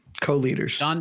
Co-leaders